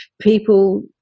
people